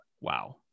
Wow